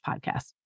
podcast